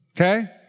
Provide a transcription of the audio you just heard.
Okay